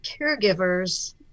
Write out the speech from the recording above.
caregivers